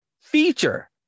feature